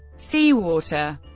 seawater